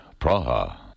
Praha